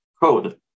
code